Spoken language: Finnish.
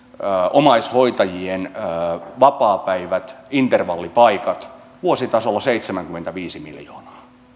omaishoitajien vapaapäivät intervallipaikat vuositasolla seitsemänkymmentäviisi miljoonaa